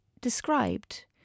described